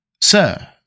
Sir